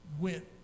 went